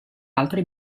altri